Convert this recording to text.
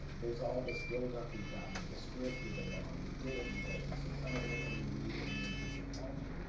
there's all this build up. we've gotten the script, we don't know how we did it, you have disappointment and you read it and you're disappointed.